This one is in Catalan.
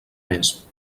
més